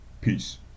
Peace